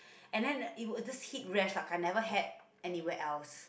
and then it was just heat rash I never had anywhere else